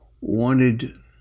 wanted